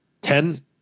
ten